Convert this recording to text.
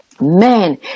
Man